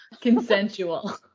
Consensual